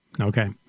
Okay